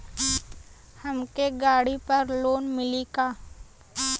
हमके गाड़ी पर लोन मिली का?